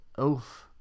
Oof